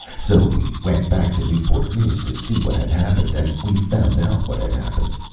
so we went back to newport news to see what had happened. and we found out what had happened.